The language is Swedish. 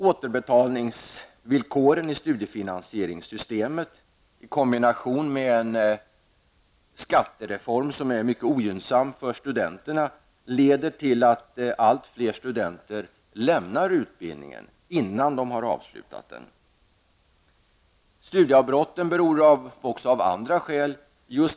Återbetalningsvillkoren i studiefinansieringssystemet i kombination med en skattereform som är mycket ogynnsam för studenterna leder till att allt fler studenter lämnar utbildningen innan de har avslutat den. Studieavbrotten beror också på andra saker.